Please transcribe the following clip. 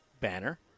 banner